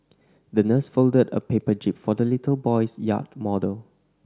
the nurse folded a paper jib for the little boy's yacht model